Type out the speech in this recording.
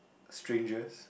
strangers